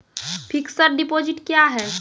Fixed deposit क्या हैं?